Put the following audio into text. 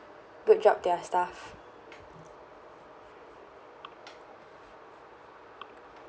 good job to your staff